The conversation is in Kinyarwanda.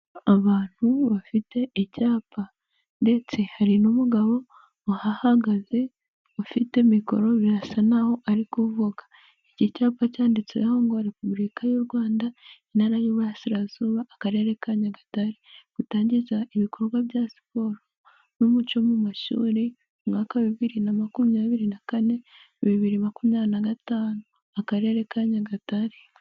Abantu bafite icyapa ndetse hari n'umugabo uhahagaze ufite mikoro birasa n'aho ari kuvuga. Iki cyapa cyanditseho ngo Repubulika y'u Rwanda, Intara y'Uburasirazuba Akarere ka Nyagatare. Gutangiza ibikorwa bya siporo n'umuco mu mashuri, umwaka wa 2024-2025, Akarere ka Nyagatare.